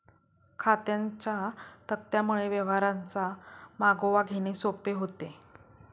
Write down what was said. खात्यांच्या तक्त्यांमुळे व्यवहारांचा मागोवा घेणे सोपे होते